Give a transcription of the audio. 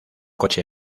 coche